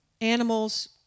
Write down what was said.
animals